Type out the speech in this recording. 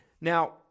Now